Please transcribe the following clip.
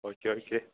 okay okay